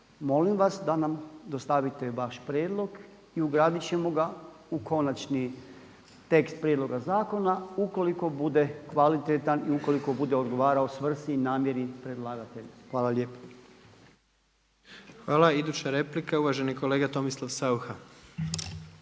molim vas da nam dostavite vaš prijedlog i ugradit ćemo u konačni tekst prijedloga zakona, ukoliko bude kvalitetan i ukoliko bude odgovarao svrsi, namjeri predlagatelja. Hvala lijepo. **Jandroković, Gordan (HDZ)** Hvala. Iduća replika uvaženi kolega Tomislav Saucha.